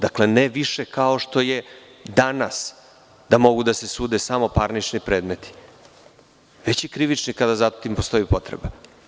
Dakle, ne više kao što je danas, da mogu da se sude samo parnični predmeti, već i krivični kada za tim postoji potreba.